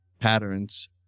patterns